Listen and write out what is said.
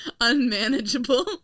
unmanageable